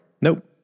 Nope